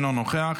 אינו נוכח,